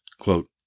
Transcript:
quote